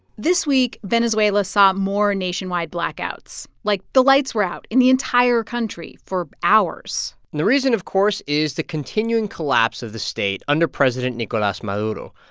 this week, venezuela saw more nationwide blackouts. like, the lights were out in the entire country for hours and the reason, of course, is the continuing collapse of the state under president nicolas maduro.